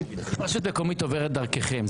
עוברת דרככם,